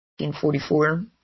1944